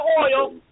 oil